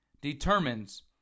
determines